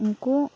ᱩᱱᱠᱩ